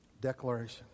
Declaration